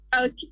Okay